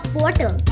water